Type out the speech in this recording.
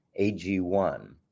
AG1